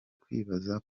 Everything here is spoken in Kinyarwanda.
kwibaza